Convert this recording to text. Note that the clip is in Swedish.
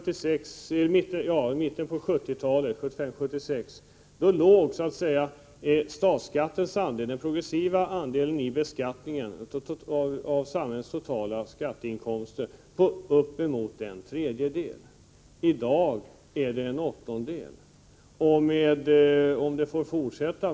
I mitten på 1970-talet låg andelen progressiv skatt av samhällets totala skatteinkomster på uppemot en tredjedel, och i dag är den en åttondel.